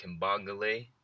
Kimbangale